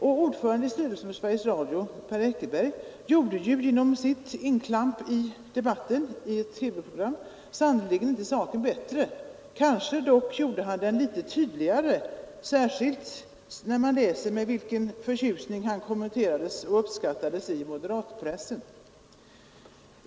Och ordföranden i styrelsen för Sveriges Radio, Per Eckerberg, gjorde ju genom sitt inklamp i debatten i ett TV-program sannerligen saken inte bättre — kanske gjorde han den dock litet tydligare, särskilt med tanke på den förtjusning han kommenterades med av moderatpressen.